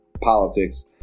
politics